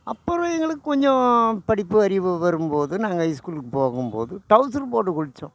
அப்புறம் எங்களுக்கு கொஞ்சம் படிப்பு அறிவு வரும்போது நாங்கள் ஸ்கூலுக்கு போகும்போது டௌசர் போட்டு குளித்தோம்